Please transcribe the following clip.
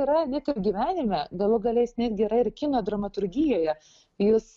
yra net ir gyvenime galų gale jis netgi yra ir kino dramaturgijoje jis